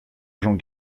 gens